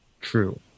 True